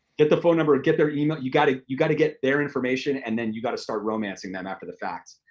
get the phone number, get their email. you gotta you gotta get their information and then you gotta start romancing them after the fact.